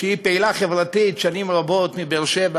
שהיא פעילה חברתית שנים רבות מבאר-שבע,